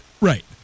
Right